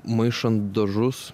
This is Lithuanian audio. maišant dažus